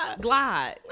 glide